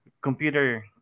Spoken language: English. computer